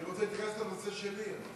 אני רוצה להיכנס לנושא שלי.